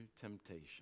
temptation